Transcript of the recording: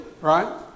right